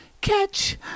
Catch